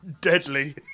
Deadly